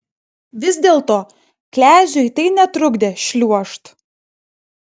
vis dėlto kleziui tai netrukdė šliuožt